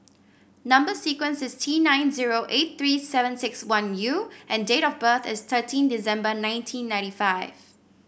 number sequence is T nine zero eight three seven six one U and date of birth is thirteen December nineteen ninety five